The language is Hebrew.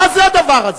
מה זה הדבר הזה?